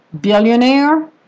billionaire